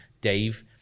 Dave